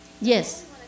Yes